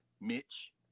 Mitch